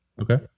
Okay